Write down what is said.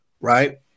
Right